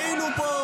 היינו פה,